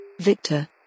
Victor